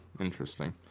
Interesting